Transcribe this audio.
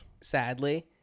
sadly